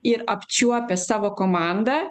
ir apčiuopia savo komandą